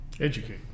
Educate